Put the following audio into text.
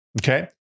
Okay